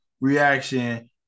reaction